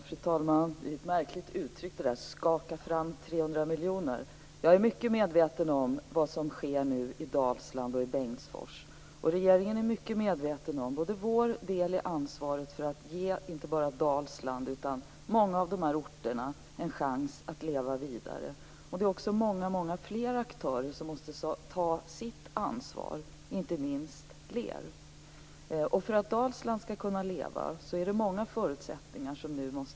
Fru talman! Det är ett märkligt uttryck det där; skaka fram 300 miljoner. Jag är mycket medveten om vad som nu sker i Dalsland och i Bengtsfors. Regeringen är mycket medveten om sin del av ansvaret för att ge Dalsland och många av de här orterna en chans att leva vidare. Det är också många andra aktörer som måste ta sitt ansvar, inte minst Lear. För att Dalsland skall kunna leva är det många förutsättningar som måste förändras.